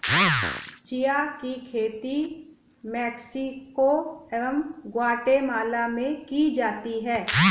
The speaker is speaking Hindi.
चिया की खेती मैक्सिको एवं ग्वाटेमाला में की जाती है